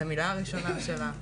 את המילה הראשונה שלה.